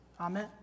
Amen